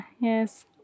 yes